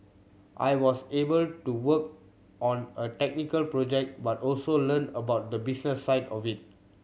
I was able to work on a technical project but also learn about the business side of it